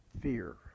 fear